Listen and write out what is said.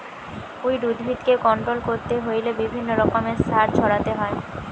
weed উদ্ভিদকে control করতে হইলে বিভিন্ন রকমের সার ছড়াতে হয়